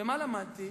ומה למדתי?